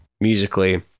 musically